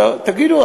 תגידו,